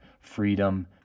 freedom